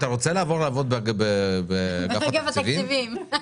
אתה רוצה לעבוד באגף התקציבים?